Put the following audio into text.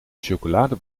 chocolade